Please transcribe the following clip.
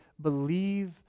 believe